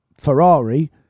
Ferrari